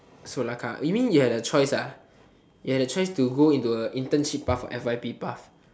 solar car you mean you have a choice ah you have a choice to go into a internship path or f_y_p path